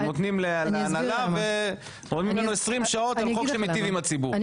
אתם נותנים להנהלה ומורידים מאיתנו 20 שעות על חוק שמיטיב עם הציבור,